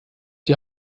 die